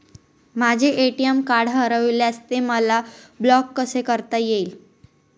माझे ATM card हरविल्यास ते मला ब्लॉक कसे करता येईल?